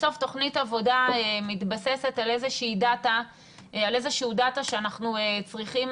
בסוף תוכנית עבודה מתבססת על איזה שהוא דאטה שאנחנו צריכים